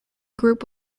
group